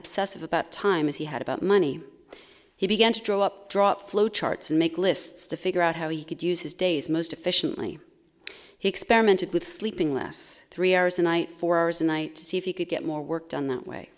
obsessive about time as he had about money he began to draw up drop flow charts and make lists to figure out how you could use his days most efficiently he experimented with sleeping less three hours a night four hours a night to see if you could get more work done that way